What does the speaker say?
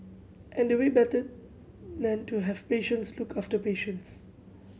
and we better than to have patients look after the patients